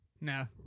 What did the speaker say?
No